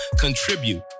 contribute